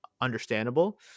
understandable